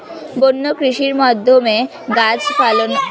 বন্য কৃষির মাধ্যমে গাছ ফলানো হয় যেটা মাটিকে শক্ত করে